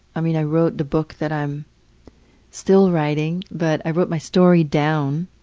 i mean i wrote the book that i'm still writing, but i wrote my story down,